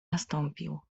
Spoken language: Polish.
nastąpił